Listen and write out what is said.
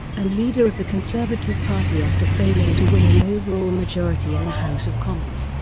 ah leader of the conservative party after failing to win an overall majority in the house of commons.